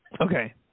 Okay